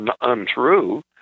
untrue